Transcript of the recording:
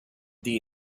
the